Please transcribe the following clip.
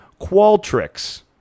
Qualtrics